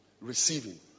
receiving